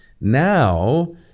Now